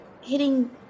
hitting